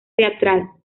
teatral